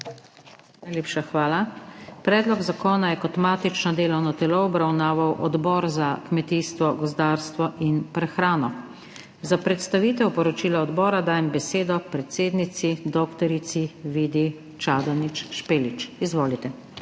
Najlepša hvala. Predlog zakona je kot matično delovno telo obravnaval Odbor za kmetijstvo, gozdarstvo in prehrano. Za predstavitev poročila odbora dajem besedo predsednici dr. Vidi Čadonič Špelič. Izvolite.